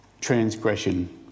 transgression